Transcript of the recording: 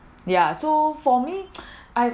ya so for me I